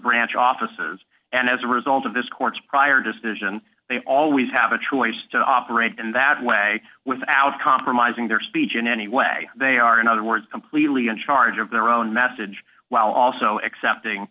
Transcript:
branch offices and as a result of this court's prior decision they always have a choice to operate in that way without compromising their speech in any way they are in other words completely in charge of their own message while also accepting